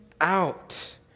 out